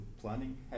planning